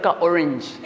orange